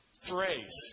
phrase